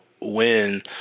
win